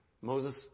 Moses